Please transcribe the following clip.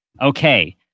Okay